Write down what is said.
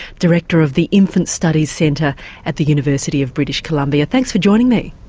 director of the infant studies center at the university of british columbia. thanks for joining me.